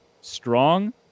strong